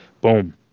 boom